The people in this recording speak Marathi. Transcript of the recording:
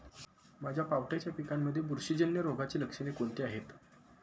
माझ्या पावट्याच्या पिकांमध्ये बुरशीजन्य रोगाची लक्षणे कोणती आहेत?